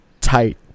tight